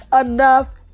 enough